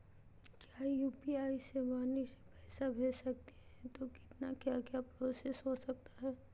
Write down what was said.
क्या यू.पी.आई से वाणी से पैसा भेज सकते हैं तो कितना क्या क्या प्रोसेस हो सकता है?